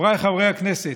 חבריי חברי הכנסת,